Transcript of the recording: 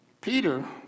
Peter